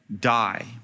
die